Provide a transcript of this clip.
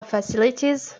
facilities